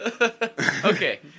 okay